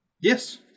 Yes